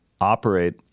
operate